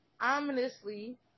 ominously